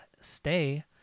Stay